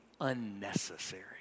unnecessary